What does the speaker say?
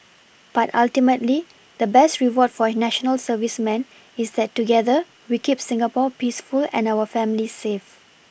but ultimately the best reward for national servicemen is that together we keep Singapore peaceful and our families safe